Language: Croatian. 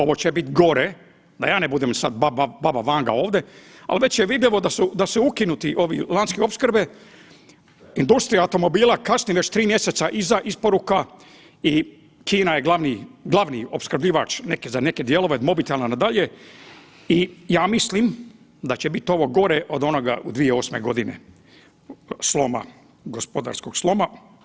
Ovo će biti gore, da ja ne budem sada baba Vanga ovdje, ali već je vidljivo da su ukinuti ovi lanci opskrbe industrija automobila kasni već tri mjeseca iza isporuka i Kina je glavni opskrbljivač za neke dijelove mobitela na dalje i ja mislim da će biti ovo gore od onoga u 2008. godine sloma, gospodarskog sloma.